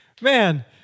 Man